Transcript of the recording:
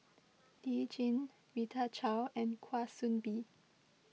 Lee Tjin Rita Chao and Kwa Soon Bee